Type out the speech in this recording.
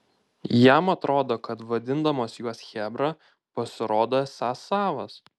jam atrodo kad vadindamas juos chebra pasirodo esąs savas